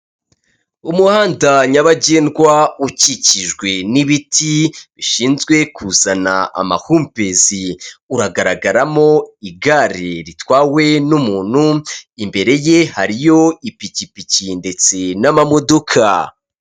Umuhanda nyabagendwa ukikijwe n'ibiti bishinzwe kuzana amahumbezi uragaragaramo igare ritwawe n'umuntu imbere ye hariyo ipikipiki ndetse n'amamodoka.